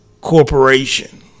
corporation